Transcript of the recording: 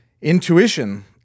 intuition